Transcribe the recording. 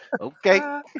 okay